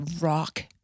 rock